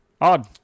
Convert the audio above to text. Odd